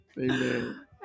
amen